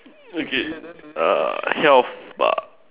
okay err health bah